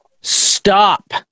stop